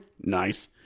Nice